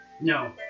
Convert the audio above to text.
No